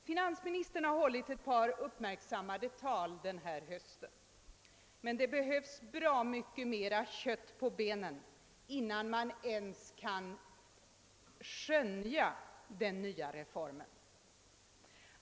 Finansministern har hållit ett par uppmärksammade tal den här hösten, men det behövs bra mycket mera kött på benen innan man ens kan skönja den nya reformen.